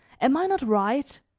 am i not right?